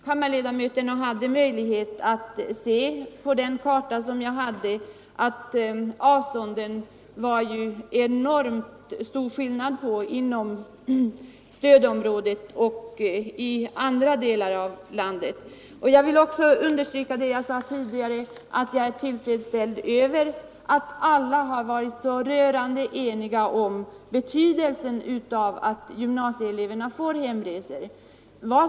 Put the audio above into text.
Kammarledamöterna hade på den karta jag medförde möjlighet att se att det var enormt stor skillnad på avstånden inom stödområdet och inom andra delar av landet. Jag vill också understryka vad jag tidigare sade att jag är tillfredsställd med att alla varit rörande eniga om betydelsen av att gymnasieeleverna får hemresor.